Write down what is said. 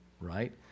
Right